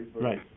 right